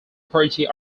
party